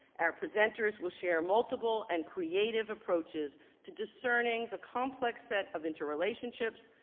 our presenters will share multiple and creative approaches to discerning the complex set of interrelationships,